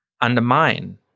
undermine